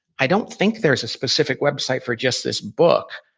i don't think there's a specific web site for just this book.